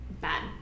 bad